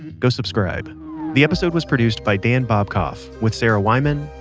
go subscribe the episode was produced by dan bobkoff, with sarah wyman,